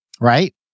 right